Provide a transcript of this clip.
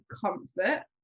comfort